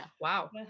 wow